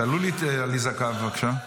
תעלו לי את עליזה, בבקשה.